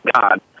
God